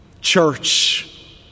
church